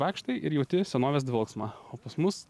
vaikštai ir jauti senovės dvelksmą o pas mus